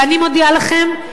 ואני מודיעה לכם,